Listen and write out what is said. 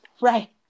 right